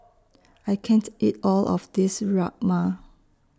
I can't eat All of This Rajma